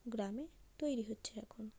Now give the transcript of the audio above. গ্রামে তৈরি হচ্ছে এখন